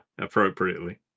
appropriately